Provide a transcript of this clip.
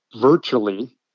virtually